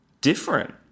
different